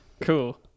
Cool